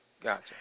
Gotcha